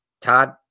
Todd